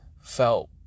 felt